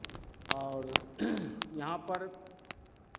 और यहाँ पर